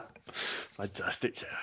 Fantastic